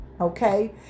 okay